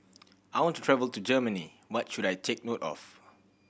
I want to travel to Germany what should I take note of